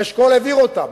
אשכול העביר אותם,